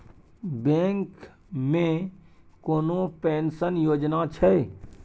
Bank मे कोनो pension योजना छै?